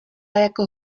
jako